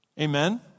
Amen